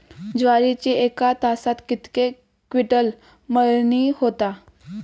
ज्वारीची एका तासात कितके क्विंटल मळणी होता?